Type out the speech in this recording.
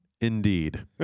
Indeed